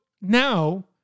now